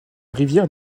rivière